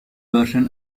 version